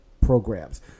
programs